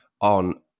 on